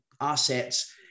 assets